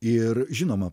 ir žinoma